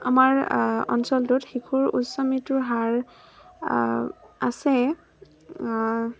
আমাৰ অঞ্চলটোত শিশুৰ উচ্চ মৃত্য়ুৰ হাৰ আছে